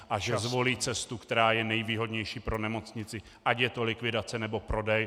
A že zvolí cestu, která je nejvýhodnější pro nemocnici, ať je to likvidace, nebo prodej.